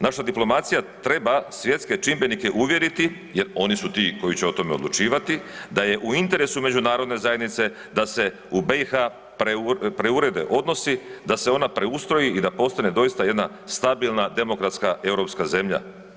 Naša diplomacija treba svjetske čimbenike uvjeriti jer oni su ti koji će o tome odlučivati da je u interesu međunarodne zajednice da se u BiH preurede odnosi, da se ona preustroji i da postane doista jedna stabilna demokratska europska zemlja.